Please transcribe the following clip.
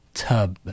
tub